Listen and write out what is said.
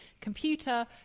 computer